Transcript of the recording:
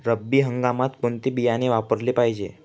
रब्बी हंगामात कोणते बियाणे वापरले पाहिजे?